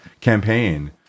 campaign